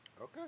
Okay